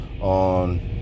on